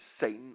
Satan